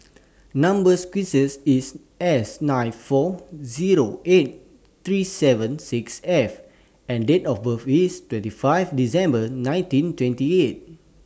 Number sequence IS S nine four Zero eight three seven six F and Date of birth IS twenty five December nineteen twenty eight